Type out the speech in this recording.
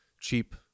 Cheap